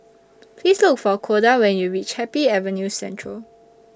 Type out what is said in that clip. Please Look For Koda when YOU REACH Happy Avenue Central